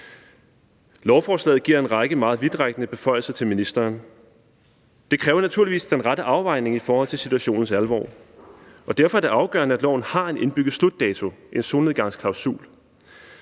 Lovforslaget giver en række meget vidtrækkende beføjelser til ministeren. Det kræver naturligvis den rette afvejning i forhold til situationens alvor, og derfor er det afgørende, at loven har en indbygget slutdato – en solnedgangsklausul.